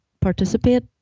participate